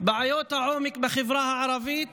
בעיות העומק בחברה הערבית